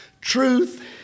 truth